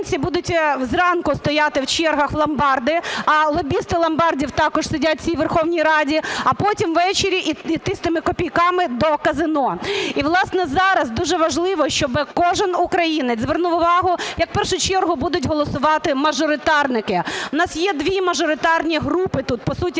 власне, зараз дуже важливо, щоби кожен українець звернув увагу як в першу чергу будуть голосувати мажоритарники. В нас є дві мажоритарні групи тут, по суті,